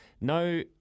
No